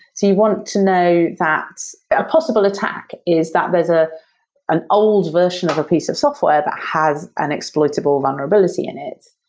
so you want to know that a possible attack is that there's ah an old version of the piece of software that has an exploitable vulnerability in it.